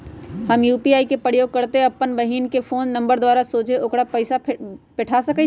हम यू.पी.आई के प्रयोग करइते अप्पन बहिन के फ़ोन नंबर द्वारा सोझे ओकरा पइसा पेठा सकैछी